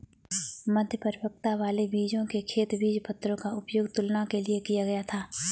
मध्य परिपक्वता वाले बीजों के खेत बीजपत्रों का उपयोग तुलना के लिए किया गया था